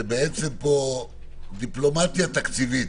זאת בעצם פה דיפלומטיה תקציבית,